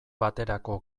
baterako